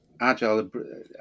Agile